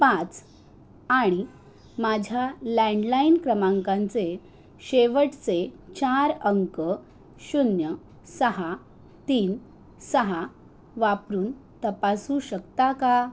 पाच आणि माझ्या लँडलाइन क्रमांकाचे शेवटचे चार अंक शून्य सहा तीन सहा वापरून तपासू शकता का